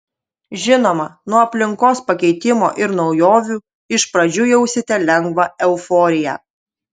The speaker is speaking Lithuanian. žinoma nuo aplinkos pakeitimo ir naujovių iš pradžių jausite lengvą euforiją